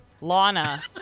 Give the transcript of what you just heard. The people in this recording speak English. Lana